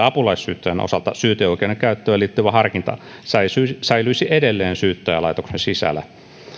apulaissyyttäjän osalta syyteoikeuden käyttöön liittyvä harkinta säilyisi säilyisi edelleen syyttäjälaitoksen sisällä